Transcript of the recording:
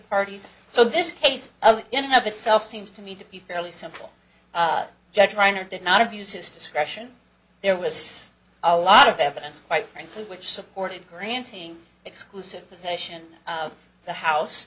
parties so this case in and of itself seems to me to be fairly simple judge reiner did not abused his discretion there was a lot of evidence quite frankly which supported granting exclusive possession of the house